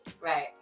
Right